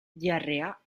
diarrea